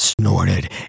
snorted